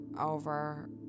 Over